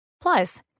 Plus